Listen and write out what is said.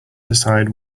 decide